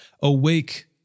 awake